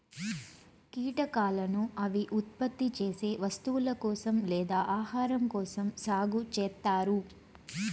కీటకాలను అవి ఉత్పత్తి చేసే వస్తువుల కోసం లేదా ఆహారం కోసం సాగు చేత్తారు